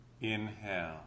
Inhale